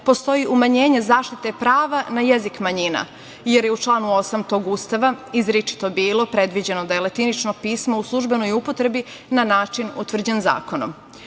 postoji umanjenje zaštite prava na jezik manjina, jer je u članu 8. tog Ustava izričito bilo predviđeno da je latinično pismo u službenoj upotrebi na način utvrđen zakonom. Ustav